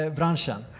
branschen